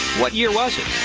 what year was it?